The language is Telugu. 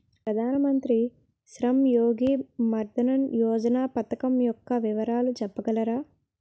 ప్రధాన మంత్రి శ్రమ్ యోగి మన్ధన్ యోజన పథకం యెక్క వివరాలు చెప్పగలరా?